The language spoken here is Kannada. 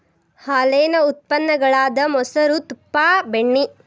ಹಾಲೇನ ಉತ್ಪನ್ನ ಗಳಾದ ಮೊಸರು, ತುಪ್ಪಾ, ಬೆಣ್ಣಿ